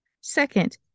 Second